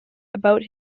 about